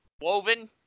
woven